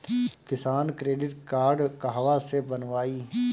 किसान credit card कहवा से बनवाई?